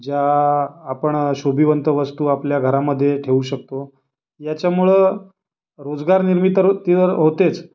ज्या आपण शोभिवंत वस्तू आपल्या घरामध्ये ठेवू शकतो याच्यामुळं रोजगार निर्मिती ती तर होतेच